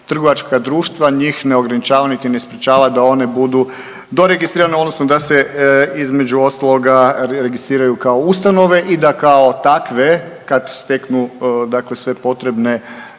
trovačka društva njih ne ograničava niti ne sprečava da one budu do registrirane odnosno da se između ostaloga registriraju kao ustanove i da kao takve kad steknu sve potrebne